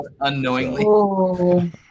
Unknowingly